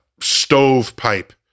stovepipe